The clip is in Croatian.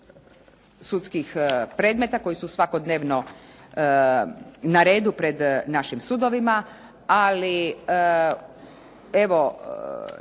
sudskih predmeta koji su svakodnevno na redu pred našim sudovima, ali evo